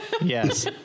Yes